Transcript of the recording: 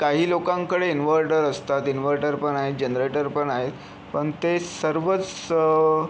काही लोकांकडे इन्व्हर्टर असतात इन्व्हर्टर पण आहेत जनरेटर पण आहे पण ते सर्वच